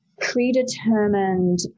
predetermined